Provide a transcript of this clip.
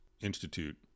Institute